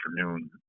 afternoon